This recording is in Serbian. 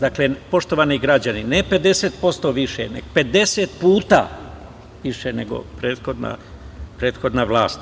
Dakle, poštovani građani, ne 50% više, nego 50 puta više nego prethodna vlast.